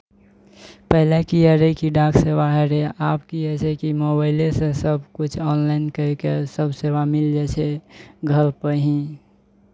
पहिले की होइत रहै कि डाक सेवा होइत रहै आब की होइ छै कि मोबाइलेसँ सभकिछु ऑनलाइन करि कऽ सभ सेवा मिल जाइ छै घरपर ही